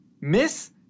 Miss